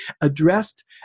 addressed